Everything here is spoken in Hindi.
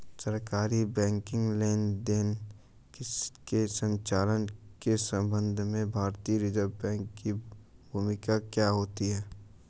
सरकारी बैंकिंग लेनदेनों के संचालन के संबंध में भारतीय रिज़र्व बैंक की भूमिका क्या होती है?